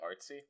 artsy